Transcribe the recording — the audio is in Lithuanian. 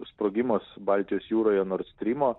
sprogimas baltijos jūroje nord strymo